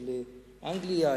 של אנגליה.